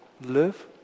live